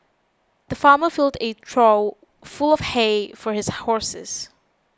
the farmer filled a trough full of hay for his horses